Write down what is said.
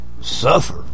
suffer